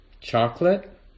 Chocolate